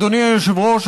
אדוני היושב-ראש,